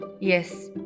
Yes